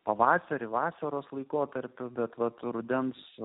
pavasarį vasaros laikotarpiu bekvapiu rudens